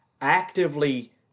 actively